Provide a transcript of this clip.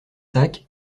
sacs